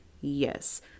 yes